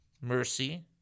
Mercy